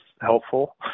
helpful